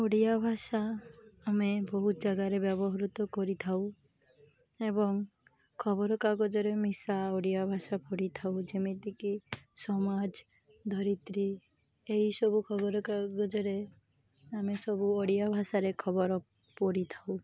ଓଡ଼ିଆ ଭାଷା ଆମେ ବହୁତ ଜାଗାରେ ବ୍ୟବହୃତ କରିଥାଉ ଏବଂ ଖବରକାଗଜରେ ମିଶା ଓଡ଼ିଆ ଭାଷା ପଢ଼ି ଥାଉ ଯେମିତିକି ସମାଜ ଧରିତ୍ରୀ ଏହିସବୁ ଖବରକାଗଜରେ ଆମେ ସବୁ ଓଡ଼ିଆ ଭାଷାରେ ଖବର ପଢ଼ି ଥାଉ